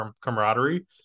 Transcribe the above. camaraderie